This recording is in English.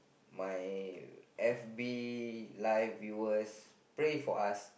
my F_B live viewers pray for us